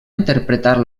interpretar